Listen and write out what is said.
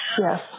Yes